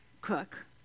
cook